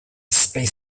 space